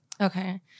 Okay